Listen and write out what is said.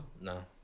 No